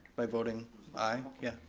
by voting aye, yeah.